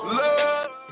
love